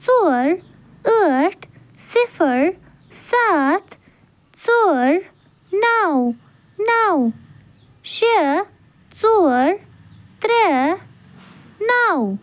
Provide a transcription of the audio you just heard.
ژور ٲٹھ صِفر سَتھ ژور نَو نَو شےٚ ژور ترٛےٚ نَو